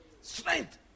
Strength